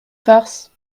farce